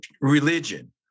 religion